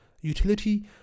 utility